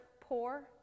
poor